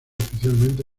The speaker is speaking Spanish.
oficialmente